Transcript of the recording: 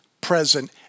present